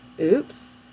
oops